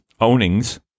ownings